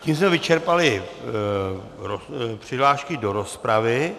Tím jsme vyčerpali přihlášky do rozpravy.